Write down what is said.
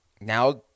now